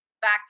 back